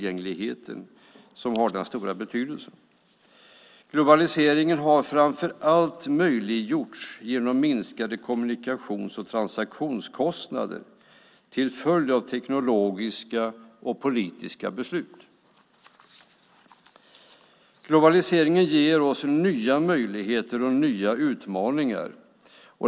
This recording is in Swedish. Globaliseringen har framför allt möjliggjorts av minskade kommunikations och transaktionskostnader till följd av teknologiska framsteg och politiska beslut. Globaliseringen ger oss nya möjligheter och utmaningar.